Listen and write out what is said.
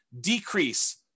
decrease